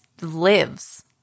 lives